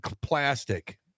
plastic